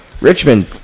Richmond